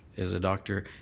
as a doctor,